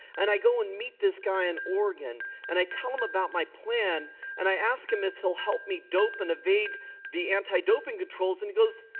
and i go and meet this guy in oregon and i tell him about my plan and i ask him if he'll help me dope and evade the anti-doping controls and he goes,